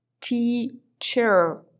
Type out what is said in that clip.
teacher